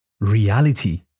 reality